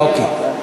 אוקיי.